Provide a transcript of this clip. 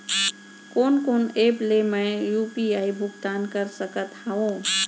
कोन कोन एप ले मैं यू.पी.आई भुगतान कर सकत हओं?